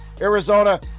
arizona